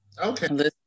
okay